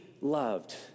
loved